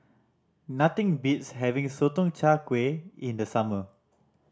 nothing beats having Sotong Char Kway in the summer